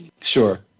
Sure